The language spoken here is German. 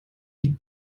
wie